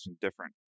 different